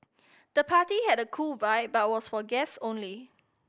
the party had a cool vibe but was for guest only